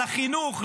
לחינוך,